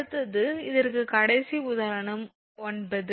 அடுத்தது இதற்கு கடைசி உதாரணம் ஒன்பது